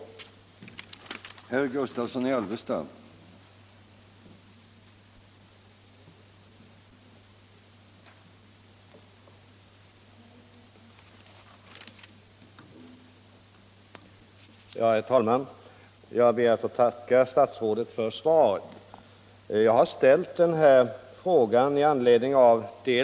Om villkoren för